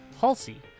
Halsey